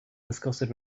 disgusted